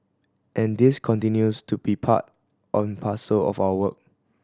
and this continues to be part on parcel of our work